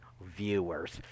viewers